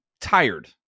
tired